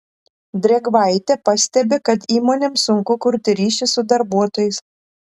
drėgvaitė pastebi kad įmonėms svarbu kurti ryšį su darbuotojais